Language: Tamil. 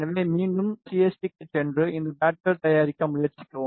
எனவே மீண்டும் சிஎஸ்டிக்குச் சென்று இந்த பேட்கள் தயாரிக்க முயற்சிக்கவும்